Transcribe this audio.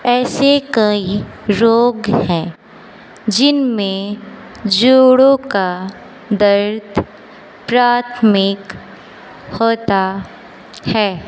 ऐसे कई रोग हैं जिनमें जोड़ों का दर्द प्राथमिक होता है